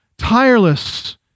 tireless